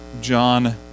John